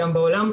גם בעולם.